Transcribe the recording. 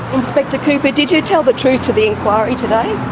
inspector cooper did you tell the truth to the inquiry today,